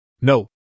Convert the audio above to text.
No